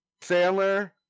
Sandler